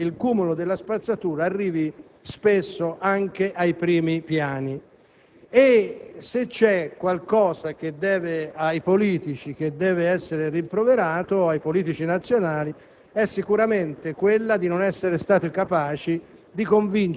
i cumuli di spazzatura arrivasse spesso anche ai primi piani. E se qualcosa deve essere rimproverato ai politici nazionali, è sicuramente il non essere stati capaci